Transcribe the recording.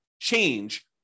change